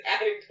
adding